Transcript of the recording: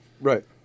Right